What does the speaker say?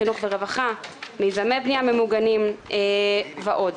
חינוך ורווחה; מיזמי בנייה ממוגנים ועוד.